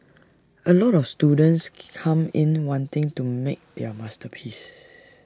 A lot of students come in wanting to make their masterpiece